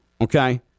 okay